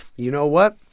you know what?